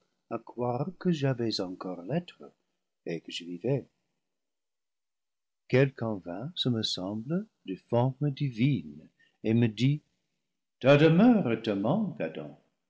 à croire que j'avais encore l'être et que je vivais quelqu'un vint ce me semble de forme divine et me dit ta